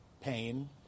pain